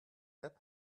app